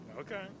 Okay